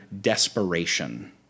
desperation